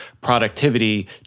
productivity